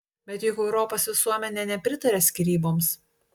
bet juk europos visuomenė nepritaria skyryboms